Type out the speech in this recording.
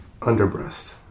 underbreast